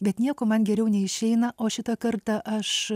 bet nieko man geriau neišeina o šitą kartą aš